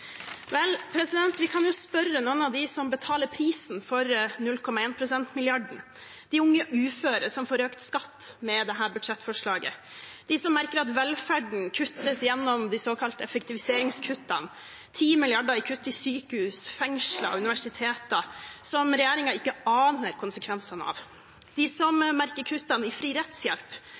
Vel, vi kan jo spørre noen av dem som betaler prisen for 0,1 pst.-milliarden: de unge uføre som får økt skatt med dette budsjettforslaget, de som merker at velferden kuttes gjennom de såkalte effektiviseringskuttene – 10 mrd. kr i kutt til sykehus, fengsler og universiteter, noe regjeringen ikke aner konsekvensene av – de som merker kuttene i fri rettshjelp,